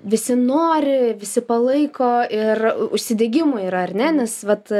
visi nori visi palaiko ir užsidegimo yra ar ne nes vat